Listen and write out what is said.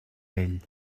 ell